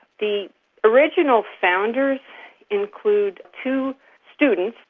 the original founders include two students.